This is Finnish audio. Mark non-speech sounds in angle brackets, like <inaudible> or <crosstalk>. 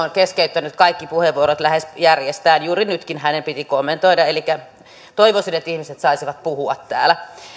<unintelligible> on keskeyttänyt kaikki puheenvuorot lähes järjestään juuri nytkin hänen piti kommentoida elikkä toivoisin että ihmiset saisivat puhua täällä